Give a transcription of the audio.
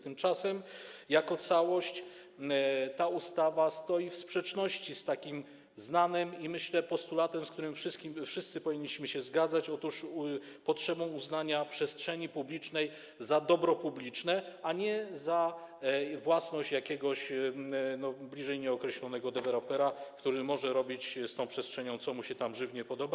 Tymczasem jako całość ta ustawa stoi w sprzeczności z takim znanym, myślę, postulatem, z którym wszyscy powinniśmy się zgadzać, otóż z potrzebą uznania przestrzeni publicznej za dobro publiczne, a nie za własność jakiegoś bliżej nieokreślonego dewelopera, który może robić z tą przestrzenią, co mu się żywnie podoba.